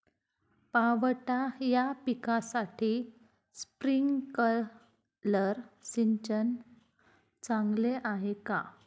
पावटा या पिकासाठी स्प्रिंकलर सिंचन चांगले आहे का?